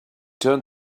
turned